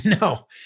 no